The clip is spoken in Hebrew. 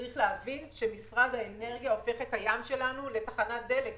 צריך להבין שמשרד האנרגיה הופך את הים שלנו לתחנת דלק,